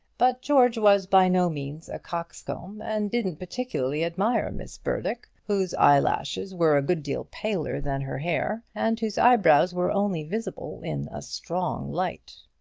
but george was by no means a coxcomb, and didn't particularly admire miss burdock, whose eyelashes were a good deal paler than her hair, and whose eyebrows were only visible in a strong light.